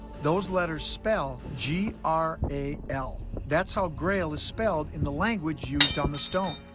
those letters spell g r a l. that's how grail is spelled in the language used on the stone.